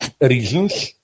reasons